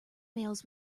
mails